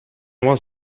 was